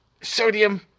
sodium